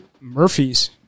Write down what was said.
Murphy's